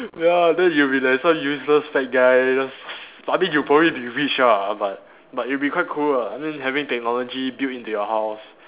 ya then you'll be like some useless fat guy just suddenly you probably be rich ah but but it'll be quite cool lah then having technology built into your house